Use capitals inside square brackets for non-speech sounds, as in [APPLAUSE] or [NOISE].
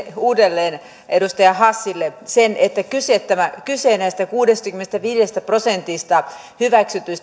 uudelleen edustaja hassille sen että kyse näissä kuudessakymmenessäviidessä prosentissa hyväksyttyjä [UNINTELLIGIBLE]